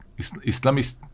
islamist